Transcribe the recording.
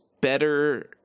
better